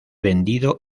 vendido